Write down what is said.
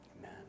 Amen